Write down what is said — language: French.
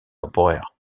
temporaires